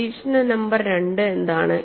നിരീക്ഷണ നമ്പർ രണ്ട് എന്താണ്